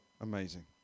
amazing